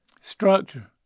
structure